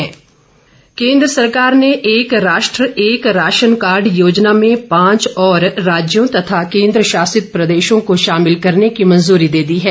ration card केन्द्र सरकार ने एक राष्ट्र एक राशनकार्ड योजना में पांच और राज्यों तथा केंद्रशासित प्रदेशों को शामिल करने की मंजूरी दे दी है